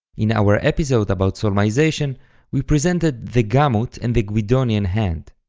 in our episode about solmization we presented the gamut and the guidonian hand.